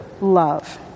love